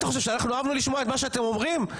אתה חושב שאנחנו אהבנו לשמוע את מה שאתם אמרתם?